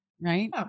right